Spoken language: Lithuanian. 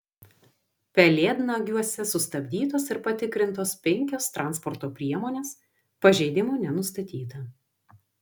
pelėdnagiuose sustabdytos ir patikrintos penkios transporto priemonės pažeidimų nenustatyta